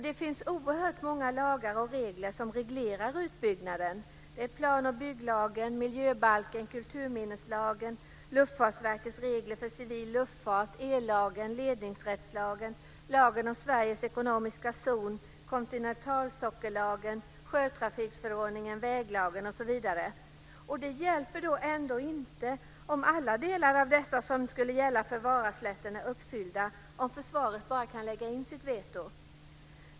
Det finns oerhört många lagar och regler som reglerar utbyggnaden - plan och bygglagen, miljöbalken, kulturminneslagen, Luftfartsverkets regler för civil luftfart, ellagen, ledningsrättslagen, lagen om Sveriges ekonomiska zon, kontinentalsockellagen, sjötrafiksförordningen, väglagen osv. Det hjälper ändå inte om alla delar av dessa som gäller Varaslätten är uppfyllda, om försvaret bara kan lägga in sitt veto.